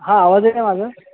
हा आवाज येईना माझा